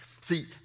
See